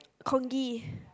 congee